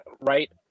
right